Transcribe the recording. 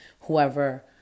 whoever